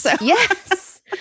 Yes